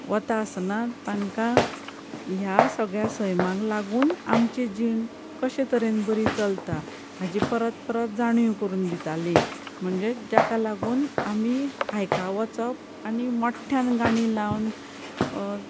वता आसतना तांकां ह्या सगळ्या सैमांक लागून आमची जीण कशे तरेन बरी चलता हाजी परत परत जाणीव करून दितालीं म्हणजे जाका लागून आमी हायका वचप आनी मोठ्ठ्यान गाणी लावन